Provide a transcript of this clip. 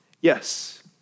Yes